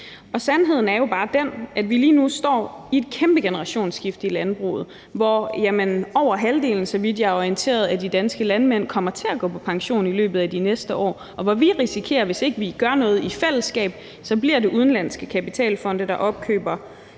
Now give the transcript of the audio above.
Sandheden er jo bare den, at vi lige nu står med et kæmpe generationsskifte i landbruget, hvor over halvdelen af de danske landmænd, så vidt jeg er orienteret, kommer til at gå på pension i løbet af de næste år, og hvor vi, hvis ikke vi i fællesskab gør noget, risikerer, at det bliver udenlandske kapitalfonde, der opkøber